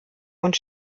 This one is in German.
und